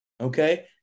Okay